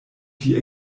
die